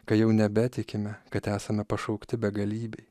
kai jau nebetikime kad esame pašaukti begalybei